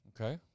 Okay